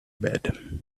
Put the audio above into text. bed